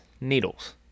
needles